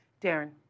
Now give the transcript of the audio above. Darren